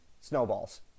snowballs